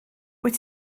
wyt